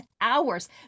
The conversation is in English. hours